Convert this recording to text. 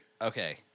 Okay